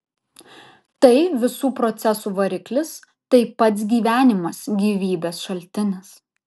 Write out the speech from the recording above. tai visų procesų variklis tai pats gyvenimas gyvybės šaltinis